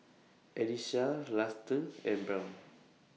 Elyssa Luster and Brown